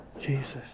Jesus